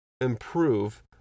improve